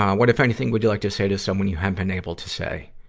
um what, if anything, would you like to say to someone you haven't been able to say?